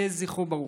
יהיה זכרו ברוך.